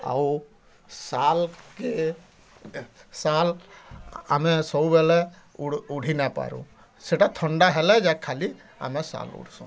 ଆଉ ସାଲ୍କେ ସାଲ୍ ଆମେ ସବୁବେଲେ ଉ ଉଢି ନାଇଁ ପାରୁଁ ସେଟା ଥଣ୍ଡା ହେଲେ ଯାଇକି ଖାଲି ଆମେ ସାଲ୍ ଉଢସୁଁ